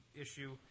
issue